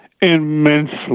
immensely